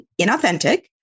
inauthentic